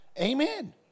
Amen